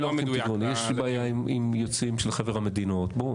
יש בעיה עם יוצאים של חבר המדינות.